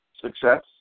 success